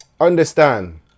Understand